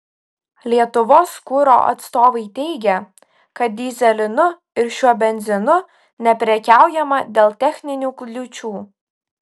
lietuvos kuro atstovai teigė kad dyzelinu ir šiuo benzinu neprekiaujama dėl techninių kliūčių